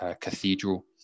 cathedral